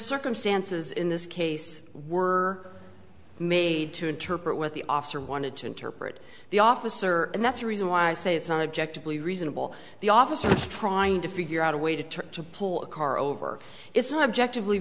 circumstances in this case were made to interpret what the officer wanted to interpret the officer and that's the reason why i say it's an object to be reasonable the officers trying to figure out a way to try to pull a car over it's not objective le